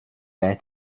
their